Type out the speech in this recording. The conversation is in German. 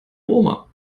roma